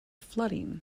flooding